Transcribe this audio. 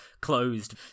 closed